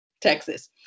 Texas